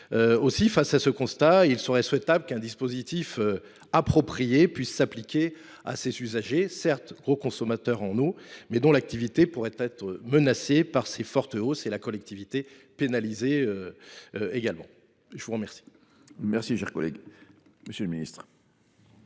Face à ce constat, il serait souhaitable qu’un dispositif approprié puisse s’appliquer à ces usagers, certes gros consommateurs en eau, mais dont l’activité pourrait être menacée par ces fortes hausses. J’ajoute que les collectivités pourraient, elles aussi,